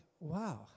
wow